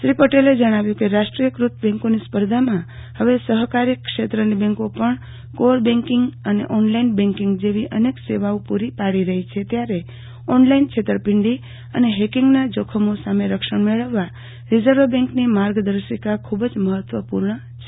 શ્રી ચિરાગ પટેલે જણાવ્યુ કે રાષ્ટ્રીય બેંકોની સ્પર્ધામાં હવે સહકારી ક્ષેત્રની બેંકો પણ કોર બેન્કીંગ અને ઓનલાઈન બેન્કીંગ જેવી અનેક સેવાઓ પુરી પાડી રહી છે ત્યારે ઓનલાઈન છેતરપીંડી અને હેકીંગના જોખમો સામે રક્ષણ મેળવવા રીઝર્વ બેંકની માર્ગદર્શિકા ખુબ જ મહત્વ પુર્ણ છે